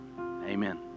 amen